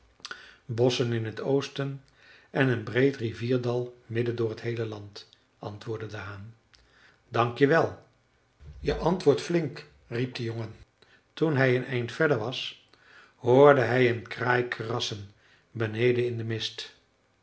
bosschen in t oosten en een breed rivierdal midden door t heele land antwoordde de haan dank je wel je antwoordt flink riep de jongen toen hij een eind verder was hoorde hij een kraai krassen beneden in den mist